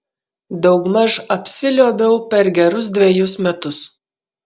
daugmaž apsiliuobiau per gerus dvejus metus